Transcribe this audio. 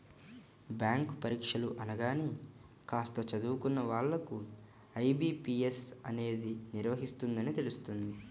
bank పరీక్షలు అనగానే కాస్త చదువుకున్న వాళ్ళకు ఐ.బీ.పీ.ఎస్ అనేది నిర్వహిస్తుందని తెలుస్తుంది